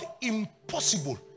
impossible